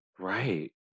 right